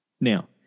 Now